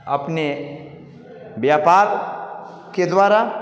अपने व्यापार के द्वारा